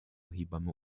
hebamme